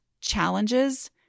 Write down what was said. challenges